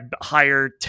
higher